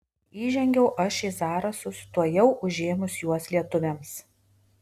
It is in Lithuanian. įžengiau aš į zarasus tuojau užėmus juos lietuviams